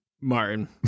Martin